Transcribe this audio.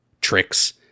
tricks